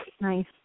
Nice